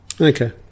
Okay